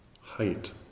height